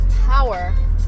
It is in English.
power